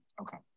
Okay